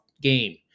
game